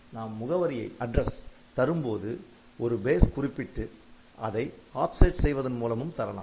நாம் முகவரியை தரும்போது ஒரு பேஸ் குறிப்பிட்டு அதை ஆப்செட் செய்வதன் மூலமும் தரலாம்